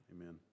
amen